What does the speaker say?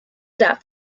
that